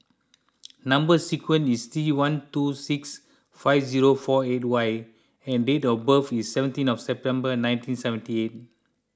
Number Sequence is T one two six five zero four eight Y and date of birth is seventeen of September nineteen seventy eight